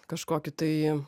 kažkokį tai